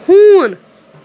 ہوٗن